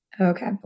Okay